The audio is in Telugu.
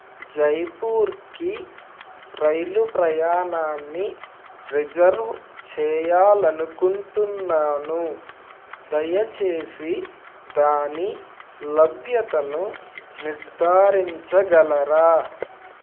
జైపూర్కి రైలు ప్రయాణాన్ని రిజర్వ్ చెయ్యాలనుకుంటున్నాను దయచేసి దాని లభ్యతను నిర్ధారించగలరా